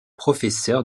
professeur